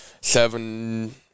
seven